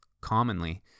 commonly